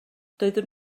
doeddwn